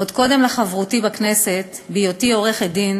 עוד קודם לחברותי בכנסת, בהיותי עורכת-דין,